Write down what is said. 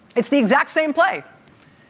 it's the exact same play.